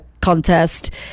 contest